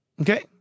Okay